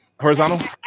horizontal